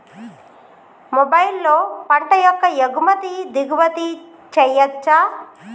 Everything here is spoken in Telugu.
మొబైల్లో పంట యొక్క ఎగుమతి దిగుమతి చెయ్యచ్చా?